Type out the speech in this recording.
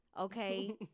okay